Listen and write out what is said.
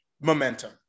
momentum